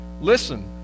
Listen